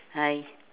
hi